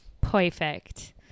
perfect